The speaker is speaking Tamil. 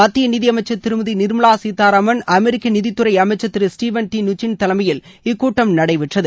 மத்திய நிதியமைச்சர் திருமதி நிர்மலா சீத்தாராமன் அமெரிக்க நிதித்துறை அமைச்சர் திரு ஸ்டவன் டி நுச்சின் தலைமையில் இக்கூட்டம் நடைபெற்றது